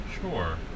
Sure